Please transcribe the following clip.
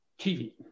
TV